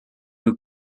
who